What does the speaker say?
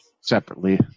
separately